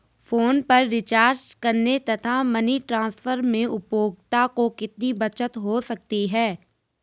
Phone पर recharge करने तथा मनी ट्रांसफर में उपभोक्ता को कितनी बचत हो सकती है?